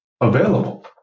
available